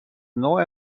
نوع